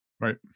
right